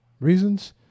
reasons